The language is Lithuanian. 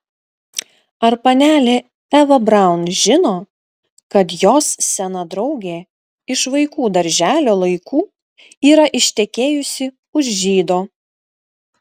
ar panelė eva braun žino kad jos sena draugė iš vaikų darželio laikų yra ištekėjusi už žydo